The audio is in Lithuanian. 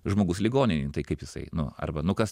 žmogus ligoninėj nu tai kaip jisai nu arba nu kas